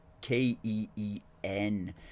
K-E-E-N